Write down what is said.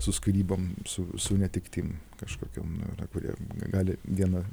su skyrybom su su netektim kažkokiom nu yra kurie gali viena